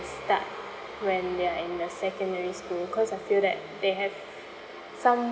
start when they're in the secondary school because I feel that they have some~